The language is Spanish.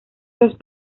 los